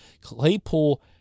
Claypool